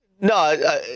No